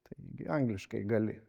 taigi angliškai gali